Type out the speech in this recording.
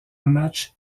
match